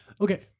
Okay